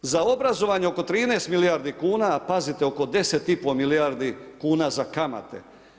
Uza obrazovanje oko 13 milijardi kuna a pazite oko 10,5 milijardi kuna za kamate.